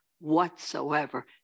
whatsoever